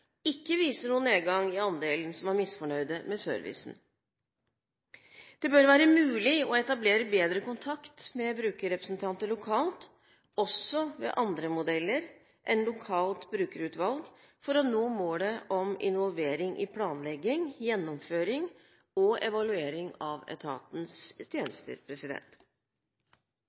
ikke viser noen nedgang i andelen som er misfornøyd med servicen. Det bør være mulig å etablere bedre kontakt med brukerrepresentanter lokalt også ved andre modeller enn lokalt brukerutvalg for å nå målet om involvering i planlegging, gjennomføring og evaluering av etatens tjenester.